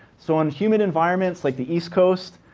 so and humid environments like the east coast,